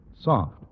soft